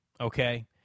okay